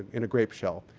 in a grape shell.